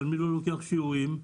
התלמיד לוקח שיעורים,